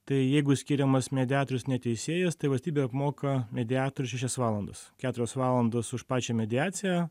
tai jeigu skiriamas mediatorius ne teisėjas tai valstybė apmoka mediatoriui šešias valandas keturios valandos už pačią mediaciją